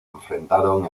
enfrentaron